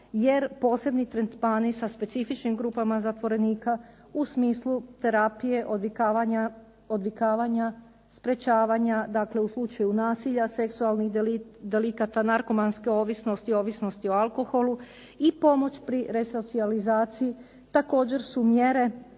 jer posebni tretmani sa specifičnim grupama zatvorenika u smislu terapije odvikavanja sprječavanja, dakle u slučaju nasilja, seksualnih delikata, narkomanske ovisnosti, ovisnosti o alkoholu i pomoć pri resocijalizaciji također su mjere